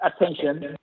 attention